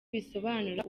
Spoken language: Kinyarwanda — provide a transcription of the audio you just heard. bisobanura